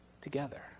together